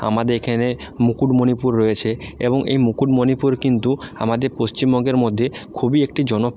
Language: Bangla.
আমাদের এখানে মুকুটমণিপুর রয়েছে এবং এই মুকুটমণিপুর কিন্তু আমাদের পশ্চিমবঙ্গের মধ্যে খুবই একটি জন